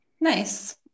nice